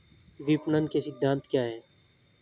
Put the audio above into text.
विपणन के सिद्धांत क्या हैं?